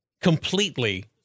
completely